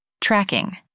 Tracking